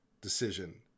decision